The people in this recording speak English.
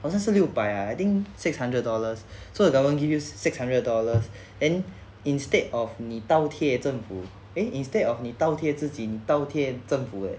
好像是六百 ah I think six hundred dollars so the government give you six hundred dollars then instead of 你倒贴政府 eh instead of 你倒贴自己倒贴政府 eh